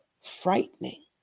frightening